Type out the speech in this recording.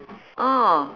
ah